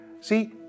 See